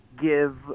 give